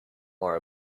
more